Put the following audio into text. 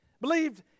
believed